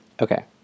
Okay